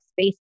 space